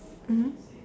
mmhmm